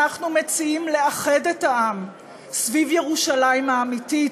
אנחנו מציעים לאחד את העם סביב ירושלים האמיתית,